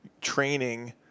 training